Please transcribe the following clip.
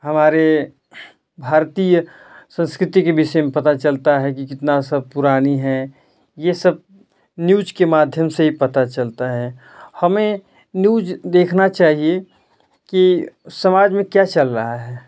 हमारे भारतीय संस्कृति के विषय में पता चलता है कि कितना सब पुरानी है यह सब न्यूज के माध्यम से ही पता चलता है हमें न्यूज देखना चाहिए कि समाज में क्या चल रहा है